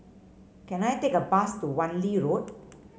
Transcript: can I take a bus to Wan Lee Road